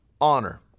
honor